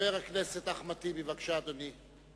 חבר הכנסת אחמד טיבי, בבקשה, אדוני.